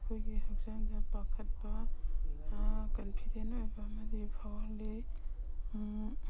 ꯑꯩꯈꯣꯏꯒꯤ ꯍꯛꯆꯥꯡꯗ ꯄꯥꯈꯠꯄ ꯀꯟꯐꯤꯗꯦꯟ ꯑꯣꯏꯕ ꯑꯃꯗꯤ ꯐꯥꯎꯍꯜꯂꯤ